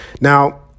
Now